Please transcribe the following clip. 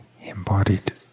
embodied